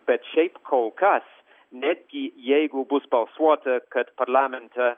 bet šiaip kol kas netgi jeigu bus balsuota kad parlamente